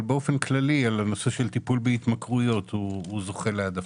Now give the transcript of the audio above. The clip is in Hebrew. אבל באופן כללי טיפול בהתמכרויות זוכה להעדפה.